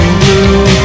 blue